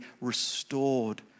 restored